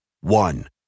One